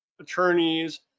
attorneys